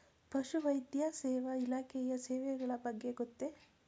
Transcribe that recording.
ಪಶುವೈದ್ಯ ಸೇವಾ ಇಲಾಖೆಯ ಸೇವೆಗಳ ಬಗ್ಗೆ ಗೊತ್ತೇ?